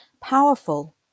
Powerful